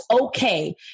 okay